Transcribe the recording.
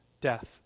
death